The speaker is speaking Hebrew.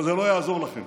אבל זה לא יעזור לכם,